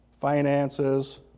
finances